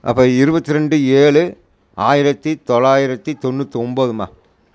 அப்புறோம் இருபத்தி ரெண்டு ஏழு ஆயிரத்தி தொள்ளாயிரத்தி தொண்ணூத்தொம்போதும்மா